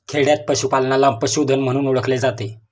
खेडयांत पशूपालनाला पशुधन म्हणून ओळखले जाते